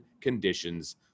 conditions